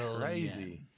crazy